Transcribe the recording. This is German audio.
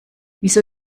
wieso